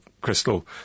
crystal